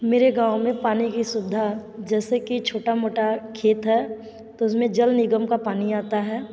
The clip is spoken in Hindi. मेरे गाँव में पानी की सुवधा जैसे कि छोटा मोटा खेत है तो उसमें जल निगम का पानी आता है